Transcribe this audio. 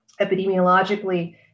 epidemiologically